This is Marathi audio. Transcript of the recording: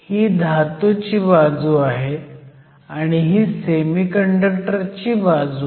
ही धातूची बाजू आहे आणि ही सेमीकंडक्टर ची बाजू आहे